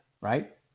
right